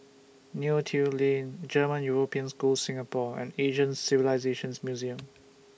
Neo Tiew Lane German European School Singapore and Asian Civilisations Museum